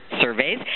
surveys